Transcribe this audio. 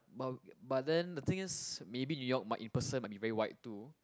but but then the thing is maybe New York might in person might be very white too